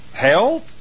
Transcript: health